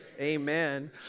Amen